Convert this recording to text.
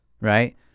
right